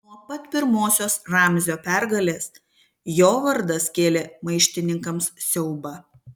nuo pat pirmosios ramzio pergalės jo vardas kėlė maištininkams siaubą